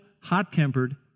hot-tempered